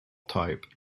type